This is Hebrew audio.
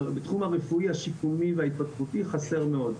בתחום הרפואי, השיקומי וההתפתחותי חסר מאוד.